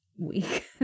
week